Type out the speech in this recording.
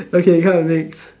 okay come wait